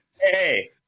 hey